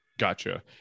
Gotcha